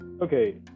Okay